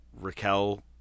Raquel